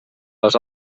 les